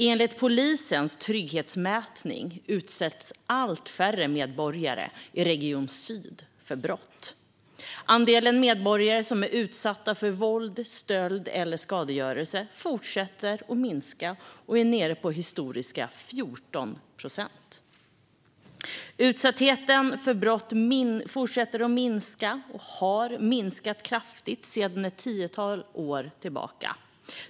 Enligt polisens trygghetsmätning utsätts allt färre medborgare i Region Syd för brott. Andelen medborgare som utsätts för våld, stöld eller skadegörelse fortsätter att minska och är nere på historiska 14 procent. Utsattheten för brott fortsätter att minska, och har minskat kraftigt sedan ett tiotal år tillbaka.